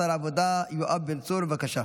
שר העבודה יואב בן צור, בבקשה.